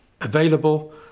available